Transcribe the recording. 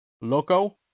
Loco